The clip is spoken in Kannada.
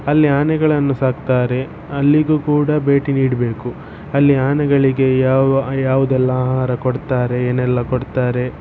ಅಲ್ಲಿ ಆನೆಗಳನ್ನು ಸಾಕ್ತಾರೆ ಅಲ್ಲಿಗೂ ಕೂಡ ಭೇಟಿ ನೀಡಬೇಕು ಅಲ್ಲಿ ಆನೆಗಳಿಗೆ ಯಾವ ಯಾವುದೆಲ್ಲ ಆಹಾರ ಕೊಡ್ತಾರೆ ಏನೆಲ್ಲ ಕೊಡ್ತಾರೆ